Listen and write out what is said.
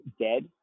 dead